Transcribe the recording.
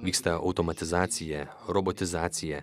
vyksta automatizacija robotizacija